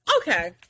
Okay